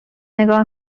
نگاه